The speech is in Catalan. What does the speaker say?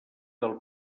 del